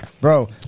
Bro